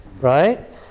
Right